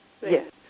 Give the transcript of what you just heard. Yes